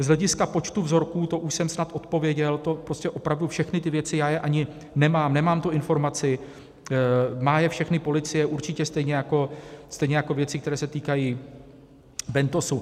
Z hlediska počtu vzorků, to už jsem snad odpověděl, opravdu všechny ty věci, já je ani nemám, nemám tu informaci, má je všechny policie, určitě stejně jako věci, které se týkají bentosu.